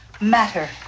matter